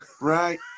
Right